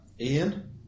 Ian